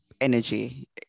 energy